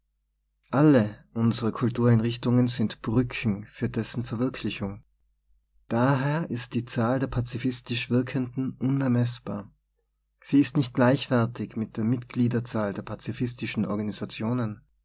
alle unsere kultureinrichtungen sind brücken für dessen ver wirklichung daher ist die zahl der pazifistisch wirkenden unermeßbar sie ist nicht gleichwertig mit der mitgliederzahl der pazifistischen organisationen